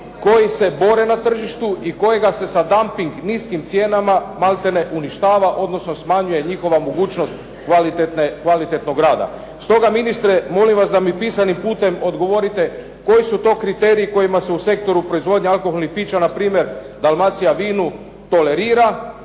koji se bore na tržištu i koji se sa damping niskim cijenama malte ne uništava, odnosno smanjuje njihova mogućnost kvalitetnog rada. Stoga ministre, molim vas da mi pismenim putem odgovorite, koji su to kriteriji kojima se u sektoru proizvodnje alkoholnih pića npr. "Dalmacija vinu" tolerira